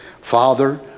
Father